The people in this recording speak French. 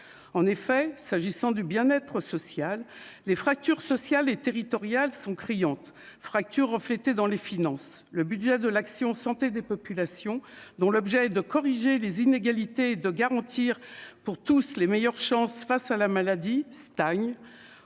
en effet, s'agissant du bien-être social, les fractures sociales et territoriales sont criantes fracture reflétée dans les finances, le budget de l'Action santé des populations dont l'objet est de corriger les inégalités de garantir pour tous les meilleures chances face à la maladie taille